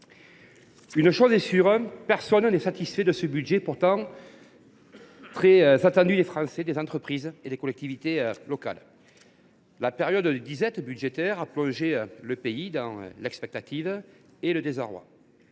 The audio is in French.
une chose est sûre : personne n’est satisfait de ce budget, qui était pourtant très attendu des Français, des entreprises et des collectivités locales. La période de disette budgétaire a plongé le pays dans l’expectative et le désarroi.